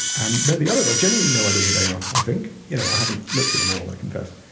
and, no the others, i've genuinely no idea who they are, i think. you know, i haven't looked at them all, i confess.